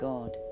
God